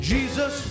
Jesus